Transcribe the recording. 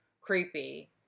creepy